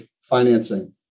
financing